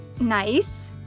nice